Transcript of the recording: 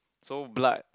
so blood